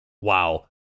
wow